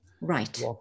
Right